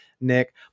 Nick